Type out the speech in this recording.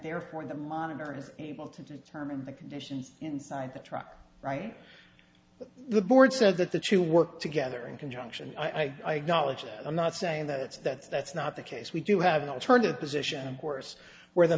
therefore the monitor is able to determine the conditions inside the truck right but the board says that the to work together in conjunction i dollars i'm not saying that it's that that's not the case we do have an alternative position of course where the